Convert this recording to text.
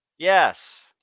Yes